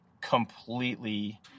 completely